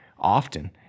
often